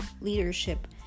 leadership